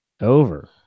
Over